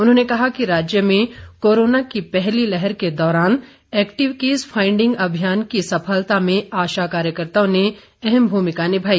उन्होंने कहा कि राज्य में कोरोना की पहली लहर के दौरान एक्टिव केस फाइंड़िंग अभियान की सफलता में आशा कार्यकर्ताओं ने अहम भूमिका निभाई